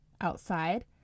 outside